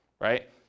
right